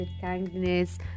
kindness